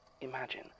Imagine